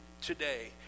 today